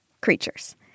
creatures